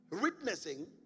witnessing